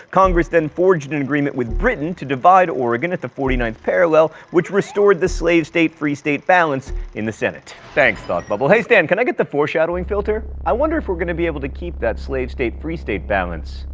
congress then forged an agreement with britain to divide oregon at the forty ninth parallel, which restored the slave state free state balance in the senate. thanks, thought bubble. hey, stan, can i get the foreshadowing filter? i wonder if we're going to be able to keep that slave state free state balance.